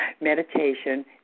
meditation